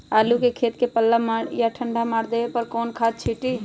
आलू के खेत में पल्ला या ठंडा मार देवे पर कौन खाद छींटी?